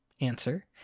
Answer